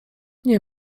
nie